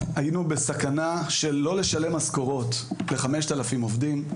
היינו בסכנה של לא לשלם משכורות ל-5,000 עובדים.